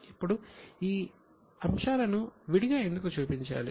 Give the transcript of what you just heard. ఇప్పుడు ఈ అంశాలను విడిగా ఎందుకు చూపించాలి